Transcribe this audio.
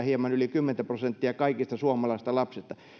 hieman yli kymmentä prosenttia kaikista suomalaista lapsista